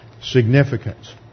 significance